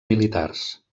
militars